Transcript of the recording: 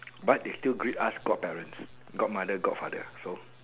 but they still greet us god parents god mother god father so